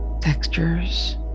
textures